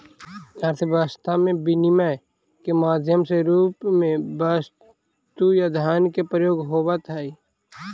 अर्थव्यवस्था में विनिमय के माध्यम के रूप में वस्तु या धन के प्रयोग होवऽ हई